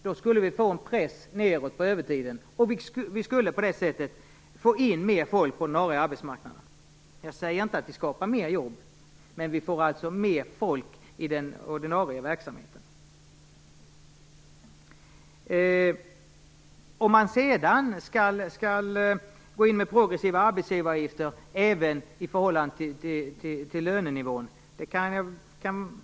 Då skulle vi få en press nedåt på övertiden. Vi skulle på det sättet få in mer folk på den ordinarie arbetsmarknaden. Jag säger inte att det skapar fler jobb, men vi får mer folk i den ordinarie verksamheten. Vi kan ta upp en diskussion om man skall gå in med progressiva arbetsgivaravgifter även i förhållande till lönenivån.